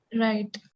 Right